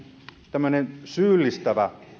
tämmöinen syyllistävä